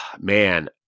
man